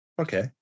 Okay